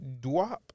Dwap